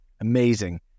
amazing